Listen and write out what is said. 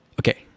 okay